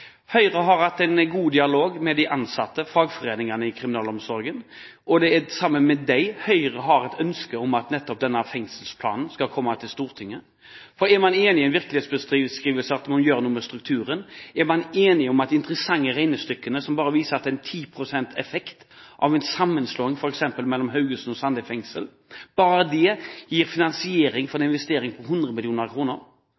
Høyre har hatt en god dialog med de ansatte og fagforeningene i kriminalomsorgen, og det er sammen med dem Høyre har et ønske om at denne fengselsplanen skal komme til Stortinget. For er man enig i en virkelighetsbeskrivelse der man må gjøre noe med strukturen, er man enig i det interessante regnestykket som viser at en sammenslåing f.eks. av Haugesund fengsel og Sandeid fengsel har en effekt på 10 pst. og gir finansiering for